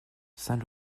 saint